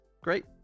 great